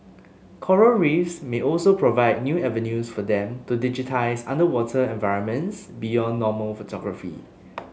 coral reefs may also provide new avenues for them to digitise underwater environments beyond normal photography